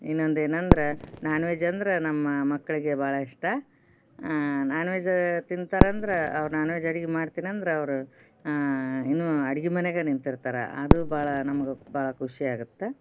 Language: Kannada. ಇನ್ನೊಂದು ಏನಂದ್ರೆ ನಾನ್ ವೆಜ್ ಅಂದ್ರೆ ನಮ್ಮ ಮಕ್ಕಳಿಗೆ ಭಾಳ ಇಷ್ಟ ನಾನ್ ವೆಜ ತಿಂತಾರಂದ್ರೆ ಅವ್ರು ನಾನ್ ವೆಜ್ ಅಡ್ಗೆ ಮಾಡ್ತೀನಿ ಅಂದ್ರೆ ಅವರು ಇನ್ನೂ ಅಡ್ಗೆ ಮನೆಯಾಗ ನಿಂತಿರ್ತಾರ ಅದು ಭಾಳ ನಮ್ಗೆ ಭಾಳ ಖುಷಿ ಆಗತ್ತೆ